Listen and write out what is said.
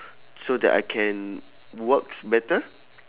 so that I can works better